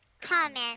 comment